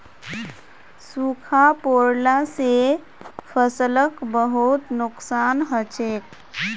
सूखा पोरला से फसलक बहुत नुक्सान हछेक